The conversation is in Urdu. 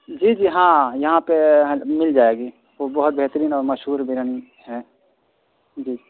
جی جی ہاں یہاں پہ مل جائے گی وہ بہت بہترین اور مشہور بریانی ہے جی